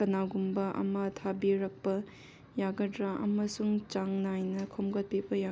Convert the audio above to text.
ꯀꯅꯥꯒꯨꯝꯕ ꯑꯃ ꯊꯥꯕꯤꯔꯛꯄ ꯌꯥꯒꯗ꯭ꯔꯥ ꯑꯃꯁꯨꯡ ꯆꯥꯡ ꯅꯥꯏꯅ ꯈꯣꯝꯒꯠꯄꯤꯕ